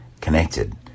connected